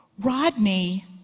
Rodney